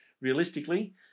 realistically